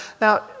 now